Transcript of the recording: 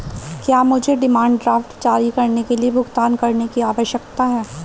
क्या मुझे demand draft जारी करने के लिए भुगतान करने की आवश्यकता है?